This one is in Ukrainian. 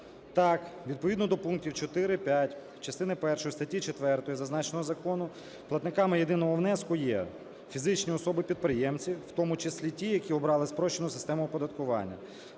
Так, відповідно до пунктів 4-5 частини першої статті 4 зазначеного закону платниками єдиного внеску є фізичні особи-підприємці, в тому числі ті, які обрали спрощену систему оподаткування,